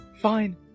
Fine